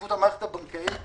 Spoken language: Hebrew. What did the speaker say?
ויציבות המערכת הבנקאית,